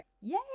Yay